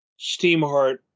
Steamheart